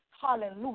hallelujah